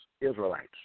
Israelites